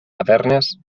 tavernes